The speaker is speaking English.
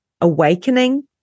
awakening